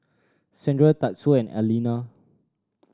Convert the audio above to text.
Sandra Tatsuo and Alena